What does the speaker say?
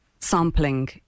Sampling